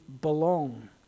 belong